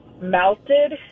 melted